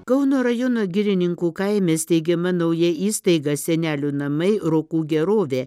kauno rajono girininkų kaime steigiama nauja įstaiga senelių namai rokų gerovė